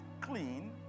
clean